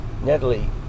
Natalie